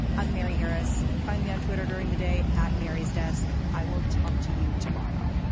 i'm mary harris. find me on twitter during the day. at mary's desk i will talk to you tomorrow